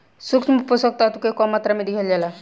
सूक्ष्म पोषक तत्व के कम मात्रा में दिहल जाला